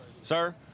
Sir